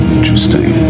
Interesting